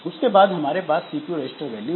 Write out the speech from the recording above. उसके बाद हमारे पास सीपीयू रजिस्टर वैल्यू है